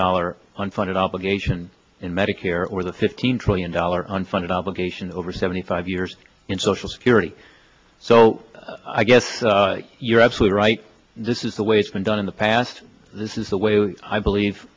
dollar unfunded obligation in medicare or the fifteen trillion dollars unfunded obligations over seventy five years in social security so i guess you're absolutely right this is the way it's been done in the past this is the way i believe